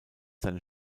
seine